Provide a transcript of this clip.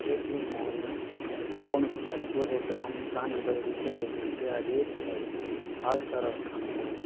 Paytm மூலம் என் ஃபோனுக்கு தற்போதைய பிளான் பிளானின் படி ரீசார்ஜ் செய்துவிட்டு அதே தொகையை பால்காரருக்கு அனுப்பவும்